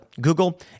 Google